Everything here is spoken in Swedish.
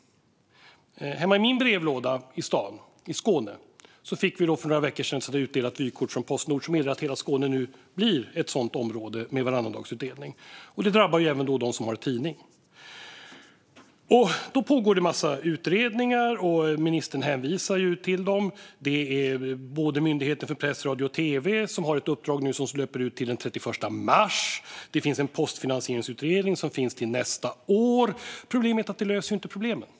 I min brevlåda hemma i staden i Skåne fick vi för några veckor sedan ett vykort utdelat från Postnord, som meddelade att hela Skåne nu blir ett område med varannandagsutdelning. Det drabbar även dem som har tidning. Det pågår en massa utredningar, som ministern hänvisade till. Det är Myndigheten för press, radio och tv, som har ett uppdrag som löper ut den 31 mars, och det finns en postfinansieringsutredning som pågår till nästa år. Men detta löser ju inte problemet.